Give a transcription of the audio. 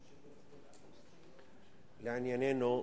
לענייננו,